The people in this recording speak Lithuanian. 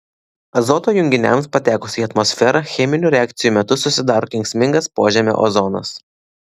azoto junginiams patekus į atmosferą cheminių reakcijų metu susidaro kenksmingas pažemio ozonas